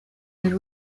and